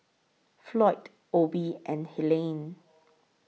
Floyd Obie and Helaine